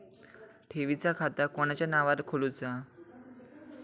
ठेवीचा खाता कोणाच्या नावार खोलूचा?